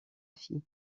fille